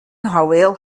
houweel